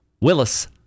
Willis